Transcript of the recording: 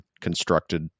constructed